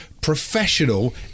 professional